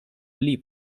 pli